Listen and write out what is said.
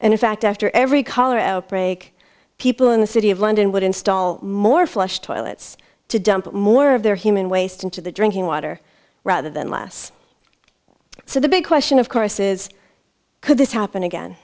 and in fact after every cholera outbreak people in the city of london would install more flush toilets to dump more of their human waste into the drinking water rather than less so the big question of course is could this happen again